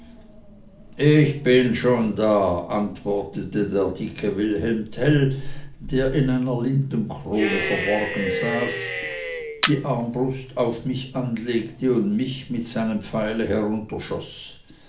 ich bin schon da antwortete der dicke wilhelm tell der in einer lindenkrone verborgen saß die armbrust auf mich anlegte und mich mit seinem pfeile